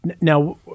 Now